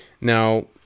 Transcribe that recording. Now